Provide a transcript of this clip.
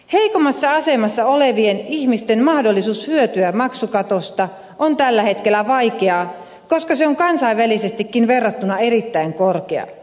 heikommassa asemassa olevien ihmisten on vaikeaa hyötyä maksukatosta tällä hetkellä koska se on kansainvälisestikin verrattuna erittäin korkea